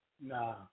Nah